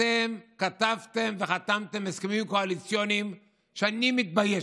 אתם כתבתם וחתמתם הסכמים קואליציוניים שאני מתבייש.